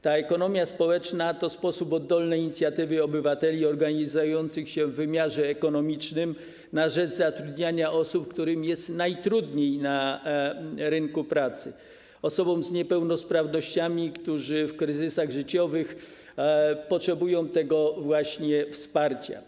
Ta ekonomia społeczna to sposób oddolnej inicjatywy obywateli organizujących się w wymiarze ekonomicznym na rzecz zatrudniania osób, którym jest najtrudniej na rynku pracy, osób z niepełnosprawnościami, które w kryzysach życiowych potrzebują tego właśnie wsparcia.